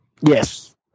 Yes